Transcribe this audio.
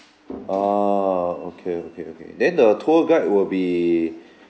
ah okay okay okay then the tour guide will be